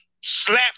slap